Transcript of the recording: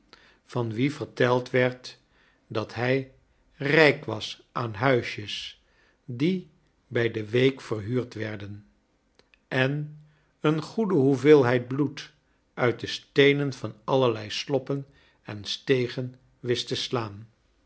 van wien verteld werd dat hij rrjk was aan huisjes die bij de week verhuurd werden en een goede hoeveelheid bloed uit de steenen van allerlei sloppen en stegen wist te slaan